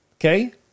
Okay